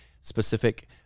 specific